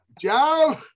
Job